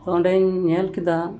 ᱚᱸᱰᱮᱧ ᱧᱮᱞ ᱠᱮᱫᱟ